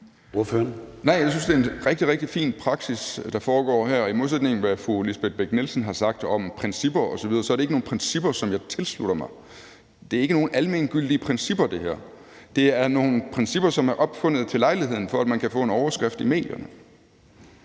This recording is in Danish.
jeg synes, det er en rigtig fin praksis, der foregår her, og hvad angår det, fru Lisbeth Bech-Nielsen har sagt om principper osv., er det ikke nogen principper, som jeg tilslutter mig. Det her er ikke nogen almengyldige principper. Det er nogle principper, som er opfundet til lejligheden, for at man kan få en overskrift i medierne.